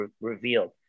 revealed